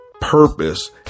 purpose